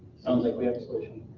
sounds like we have a solution.